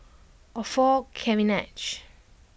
Orfeur Cavenagh